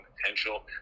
potential